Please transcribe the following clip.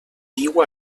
viu